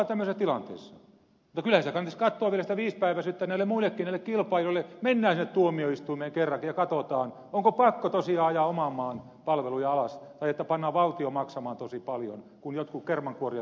kyllä kannattaisi vielä katsoa sitä viisipäiväisyyttä näille kilpailijoillekin mennään sinne tuomioistuimeen kerrankin ja katsotaan onko pakko tosiaan ajaa oman maan palveluja alas tai että panna valtio maksamaan tosi paljon kun jotkut kermankuorijat ottavat potin